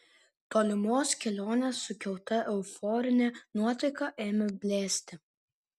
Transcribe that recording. tolimos kelionės sukelta euforinė nuotaika ėmė blėsti